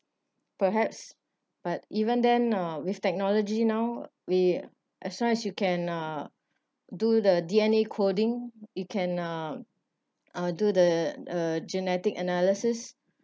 perhaps but even then uh with technology now we as long as you can uh do the D_N_A coding you can uh uh do the uh genetic analysis